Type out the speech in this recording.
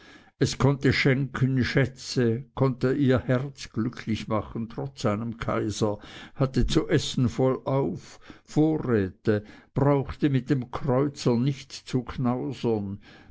es konnte schenken schätze konnte ihr herz glücklich machen trotz einem kaiser hatte zu essen vollauf vorräte brauchte mit dem kreuzer nicht zu knausern